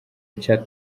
nshya